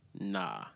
Nah